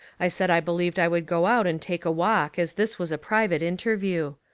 i said i believed i would go out and take a walk as this was a private interview.